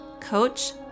coach